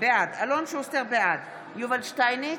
בעד יובל שטייניץ,